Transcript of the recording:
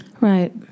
Right